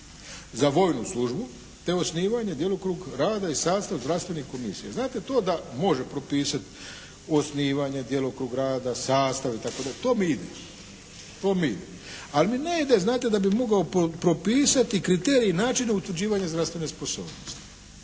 za vojnu službu te osnivanje djelokrug rada i sastav zdravstvenih komisija. Znate, to da može propisati osnivanje, djelokrug rada, sastav itd. to mi ide, to mi ide. Ali mi ne ide znate da bi mogao propisati kriterije, načine utvrđivanja zdravstvene sposobnosti.